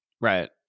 Right